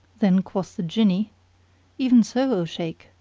then quoth the jinni even so, o shaykh!